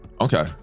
okay